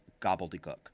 gobbledygook